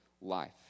life